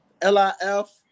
L-I-F